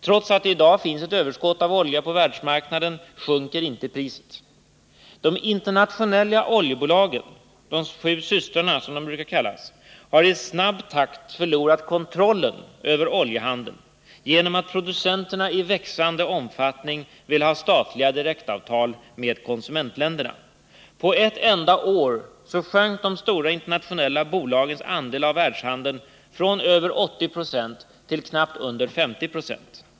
Trots att det i dag finns ett överskott av olja på världsmarknaden sjunker inte priset. De internationella oljebolagen — de sju systrarna, som de brukar kallas — har i snabb takt förlorat kontrollen över oljehandeln, genom att producenterna i växande omfattning vill ha statliga direktavtal med konsumentländerna. På ett enda år sjönk de stora bolagens andel av världshandeln från över 80 96 till knappt 50 90.